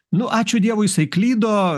nu ačiū dievui jisai klydo